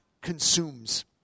Consumes